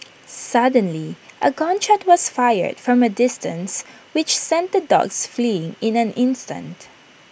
suddenly A gun shot was fired from A distance which sent the dogs fleeing in an instant